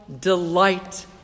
delight